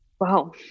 Wow